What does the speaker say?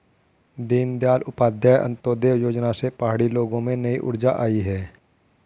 दीनदयाल उपाध्याय अंत्योदय योजना से पहाड़ी लोगों में नई ऊर्जा आई है